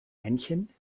männchen